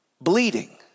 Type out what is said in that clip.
Bleeding